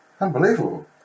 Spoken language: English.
unbelievable